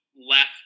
left